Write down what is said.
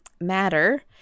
matter